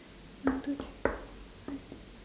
one two three five six